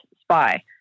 spy